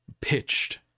pitched